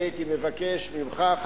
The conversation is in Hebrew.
אני הייתי מבקש ממך,